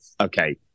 okay